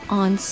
on